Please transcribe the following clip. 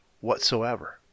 whatsoever